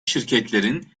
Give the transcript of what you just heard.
şirketlerin